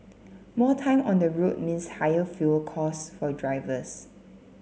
more time on the road means higher fuel cost for drivers